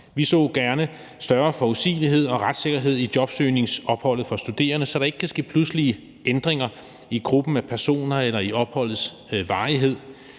Vi så gerne større forudsigelighed og retssikkerhed i jobsøgningsopholdet for studerende, så der ikke kan ske pludselige ændringer i gruppen af personer eller i opholdets varighed.